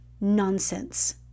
nonsense